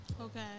Okay